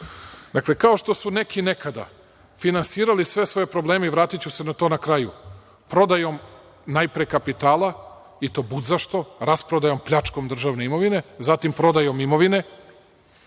kao što su neki nekada finansirali sve svoje probleme, i vratiću se to na kraju, prodajom najpre kapitala i to budzašto, rasprodajom, pljačkom državne imovine, zatim prodajom imovine,